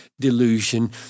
delusion